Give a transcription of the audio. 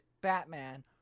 Batman